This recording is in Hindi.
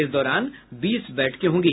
इस दौरान बीस बैठकें होगी